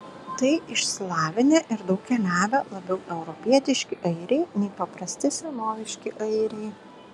tai išsilavinę ir daug keliavę labiau europietiški airiai nei paprasti senoviški airiai